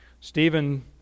Stephen